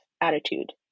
attitude